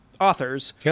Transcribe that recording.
authors